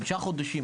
חמישה חודשים,